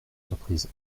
surprise